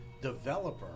developer